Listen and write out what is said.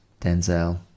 Denzel